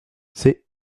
c’est